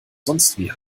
sonstwie